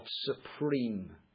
supreme